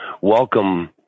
welcome